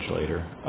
later